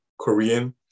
Korean